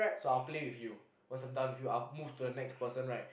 so I will play with you once I'm done with you I will move to the next person right